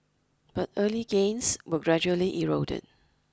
but early gains were gradually eroded